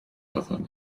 fyddwn